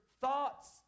thoughts